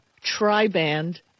tri-band